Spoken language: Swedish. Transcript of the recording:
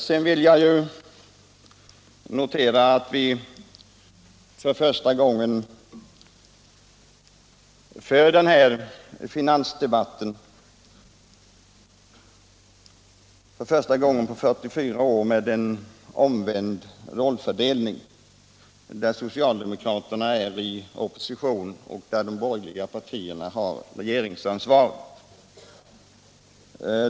Sedan vill jag notera att vi för första gången på 44 år för finansdebatten med en omvänd rollfördelning, där socialdemokraterna är i opposition och där de borgerliga partierna har regeringsansvaret.